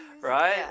right